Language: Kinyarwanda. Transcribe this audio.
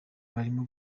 barimo